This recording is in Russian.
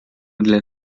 для